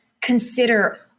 consider